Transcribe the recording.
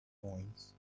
coins